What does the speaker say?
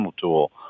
tool